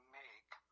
make